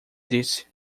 disse